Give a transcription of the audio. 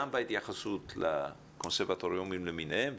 גם בהתייחסות לקונסרבטוריונים למיניהם,